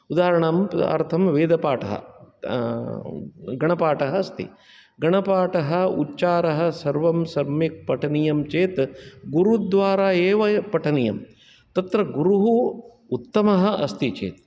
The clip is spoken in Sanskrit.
उदाहरणं तदर्थं वेदपाठः गणपाठः अस्ति गणपाठः उच्चारः सर्वं सम्यक् पठनीयं चेत् गुरुद्वारा एव पठनीयम् तत्र गुरुः उत्तमः अस्ति चेत्